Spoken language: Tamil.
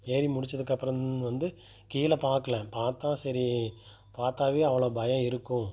ஏறி முடித்ததுக்கு அப்புறம் வந்து கீழே பார்க்கல பார்த்தா சரி பார்த்தாவே அவ்வளோ பயம் இருக்கும்